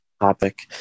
topic